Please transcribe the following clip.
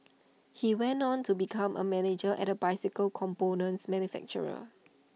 he went on to become A manager at A bicycle components manufacturer